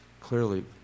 clearly